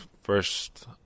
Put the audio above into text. first